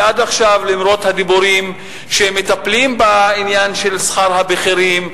למרות הדיבורים שמטפלים בעניין של שכר הבכירים,